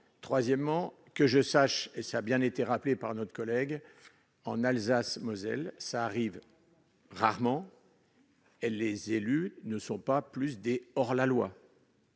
troisièmement, que je sache, et ça a bien été rappelé par notre collègue en Alsace Moselle, ça arrive rarement. Les élus ne sont pas plus hors-loi.